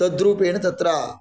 तद्रूपेण तत्र